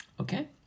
Okay